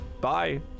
Bye